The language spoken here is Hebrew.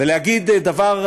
ולהגיד דבר,